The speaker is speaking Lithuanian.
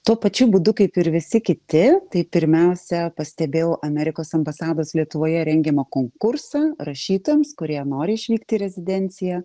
tuo pačiu būdu kaip ir visi kiti tai pirmiausia pastebėjau amerikos ambasados lietuvoje rengiamą konkursą rašytojams kurie nori išvykt į rezidenciją